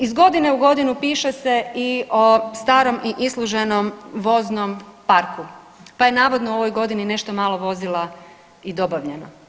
Iz godine u godinu piše se i o starom i isluženom voznom parku, pa je navodno u ovoj godini nešto malo vozila i dobavljeno.